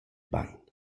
bain